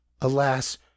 Alas